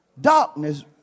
Darkness